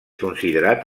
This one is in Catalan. considerat